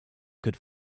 could